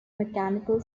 mechanical